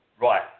Right